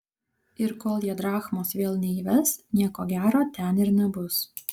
ir kol jie drachmos vėl neįves nieko gero ten ir nebus